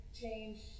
change